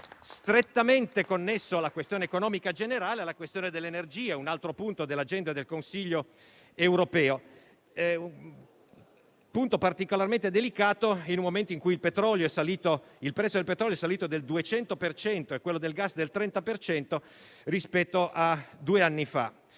Strettamente connessa alla questione economica generale è la questione dell'energia, un altro punto dell'agenda del Consiglio europeo. È un punto particolarmente delicato, in un momento in cui il prezzo del petrolio è salito del 200 per cento e quello del gas del 30 per cento rispetto a due anni fa.